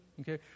okay